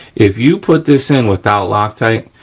if you put this in without loctite,